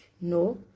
No